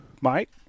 Mike